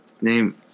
name